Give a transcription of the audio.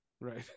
right